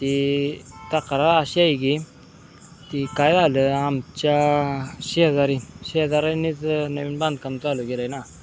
ती तक्रार अशी आहे की ती काय झालं आमच्या शेजारी शेजाऱ्यांनीच नवीन बांधकाम चालू केलं आहे ना